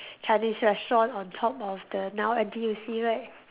Chinese restaurant on top of the now N_T_U_C right